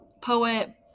poet